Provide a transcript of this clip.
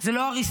זה לא הריסה,